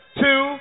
two